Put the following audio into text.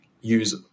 use